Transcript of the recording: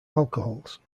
alcohols